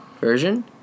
version